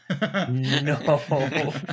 No